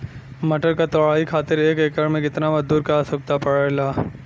मटर क तोड़ाई खातीर एक एकड़ में कितना मजदूर क आवश्यकता पड़ेला?